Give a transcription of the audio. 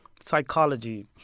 psychology